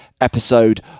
episode